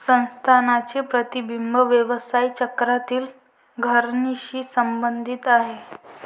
संस्थांचे प्रतिबिंब व्यवसाय चक्रातील घसरणीशी संबंधित आहे